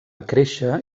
créixer